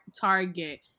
Target